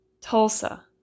Tulsa